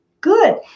Good